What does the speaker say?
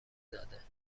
داده